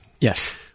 Yes